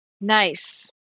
Nice